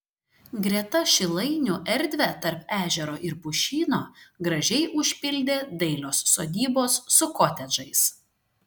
greta šilainių erdvę tarp ežero ir pušyno gražiai užpildė dailios sodybos su kotedžais